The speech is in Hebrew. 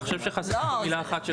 אני חושב שחסרה פה מילה אחת.